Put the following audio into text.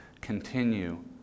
continue